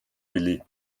willi